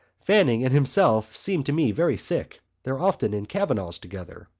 fanning and himself seem to me very thick. they're often in kavanagh's together.